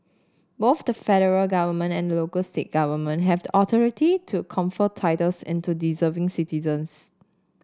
both the federal government and the local state government have the authority to confer titles into deserving citizens